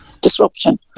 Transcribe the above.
disruption